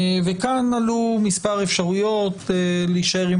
וכאן עלו מספר אפשרויות: להישאר עם